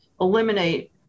eliminate